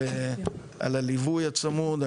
על הליווי הצמוד.